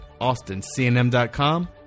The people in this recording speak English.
austincnm.com